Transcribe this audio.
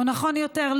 או נכון יותר,